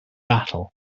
battle